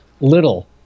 little